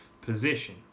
position